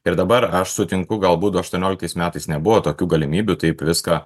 ir dabar aš sutinku galbūt du aštuonioliktais metais nebuvo tokių galimybių taip viską